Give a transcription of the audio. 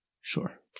Sure